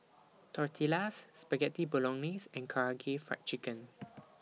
Tortillas Spaghetti Bolognese and Karaage Fried Chicken